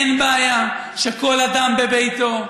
אין בעיה שכל בן אדם בביתו,